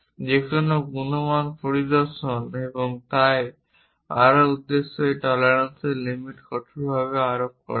যেকোন গুণমান পরিদর্শন এবং তাই আরও উদ্দেশ্য এই টলারেন্সস লিমিট কঠোরভাবে আরোপ করা হয়